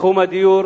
בתחום הדיור